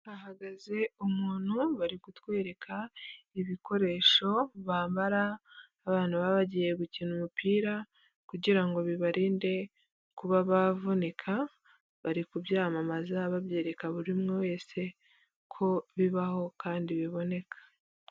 Hahagaze umuntu bari kutwereka ibikoresho bambara, abantu baba bagiye gukina umupira kugira ngo bibarinde kuba bavunika, bari kubyamamaza babyereka buri umwe wese ko bibaho kandi biboneka.